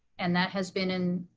and that has been in,